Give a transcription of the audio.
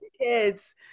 kids